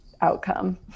outcome